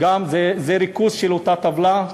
זה ריכוז של אותה טבלה,